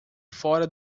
fora